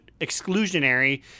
exclusionary